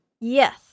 Yes